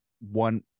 one